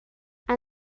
and